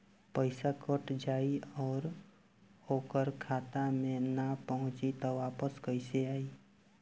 पईसा कट जाई और ओकर खाता मे ना पहुंची त वापस कैसे आई?